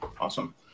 awesome